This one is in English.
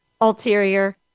ulterior